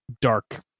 dark